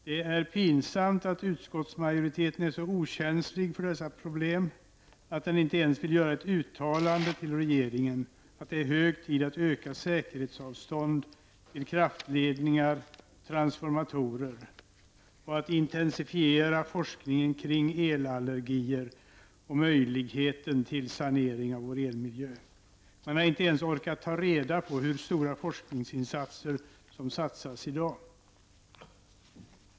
Det är pinsamt att utskottsmajoriteten är så okänslig för dessa problem att den inte ens vill göra ett uttalande till regeringen om att det är hög tid att öka säkerhetsavstånd till kraftledningar och transformatorer och att intensifiera forskningen kring elallergier och möjligheten till sanering av vår elmiljö. Man har inte ens orkat ta reda på hur stora forskningsinsatser som görs i dag.